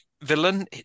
villain